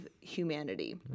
humanity